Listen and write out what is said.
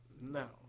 no